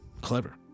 clever